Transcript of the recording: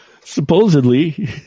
Supposedly